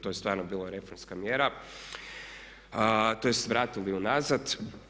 To je stvarno bila reforma mjera, tj. vratili unazad.